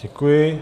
Děkuji.